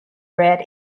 bred